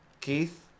Keith